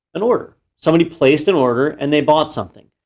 an order, somebody placed an order and they bought something.